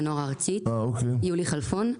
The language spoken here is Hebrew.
הארצית, יולי כלפון.